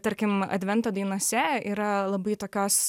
tarkim advento dainose yra labai tokios